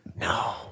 No